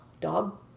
dog